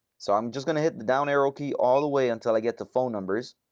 so i'm just going to hit the down arrow key all the way until i get the phone numbers.